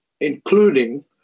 including